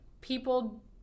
people